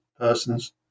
persons